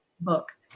book